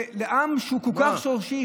לעם שהוא כל כך שורשי,